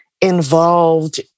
involved